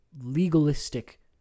legalistic